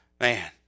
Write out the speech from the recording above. man